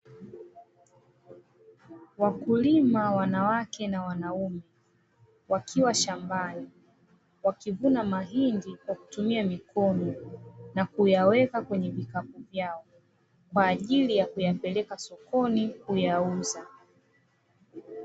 Wakulima wanawake na wanaume wakiwa shambani wakivuna mahindi kwa kutumia mikono, na kuyaweka kwenye vikapu vyao kwa ajili ya kuyapeleka sokoni kuyauza.